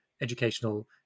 educational